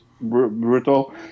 brutal